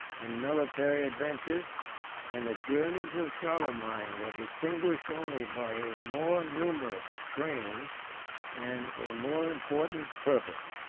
in military adventures and the journeys of charlemagne were distinguished only by a more numerous train and a more important purpose.